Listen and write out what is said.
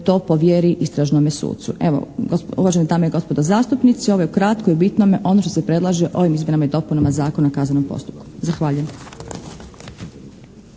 to povjeri istražnome sucu. Evo, uvažene dame i gospodo zastupnici ovo je u kratkome i bitnome ono što se predlaže ovim izmjenama i dopunama Zakona o kaznenom postupku. Zahvaljujem.